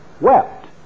wept